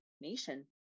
nation